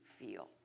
feel